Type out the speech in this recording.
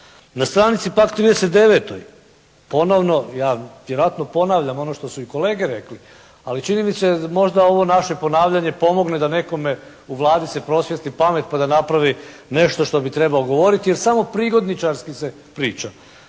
Na stanici pak 39. ponovno, ja vjerojatno ponavljam ono što su i kolege rekli, ali čini mi se možda ovo naše ponavljanje pomogne da nekome u Vladi se prosvijetli pamet pa da napravi nešto što bi trebao govoriti jer samo prigodničarski se priča.